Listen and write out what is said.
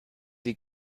die